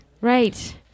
Right